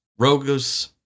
Rogus